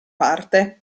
parte